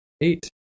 eight